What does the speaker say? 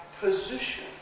position